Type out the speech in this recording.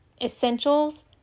essentials